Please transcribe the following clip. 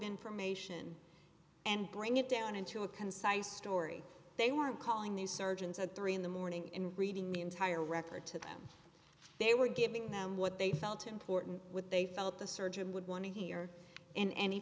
information and bring it down into a concise story they were calling these surgeons at three in the morning and reading the entire record to them they were giving them what they felt important with they felt the surgeon would want to hear in any